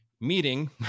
meeting